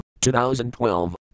2012